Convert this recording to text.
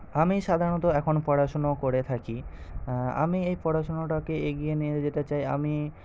আমি সাধারণত এখন পড়াশোনা করে থাকি আমি এই পড়াশোনাটাকে এগিয়ে নিয়ে যেতে চাই আমি